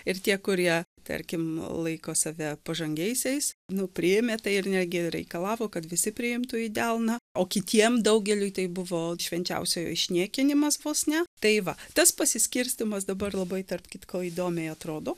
ir tie kurie tarkim laiko save pažangiaisiais nu priėmė tai ir netgi reikalavo kad visi priimtų į delną o kitiem daugeliui tai buvo švenčiausiojo išniekinimas vos ne tai va tas pasiskirstymas dabar labai tarp kitko įdomiai atrodo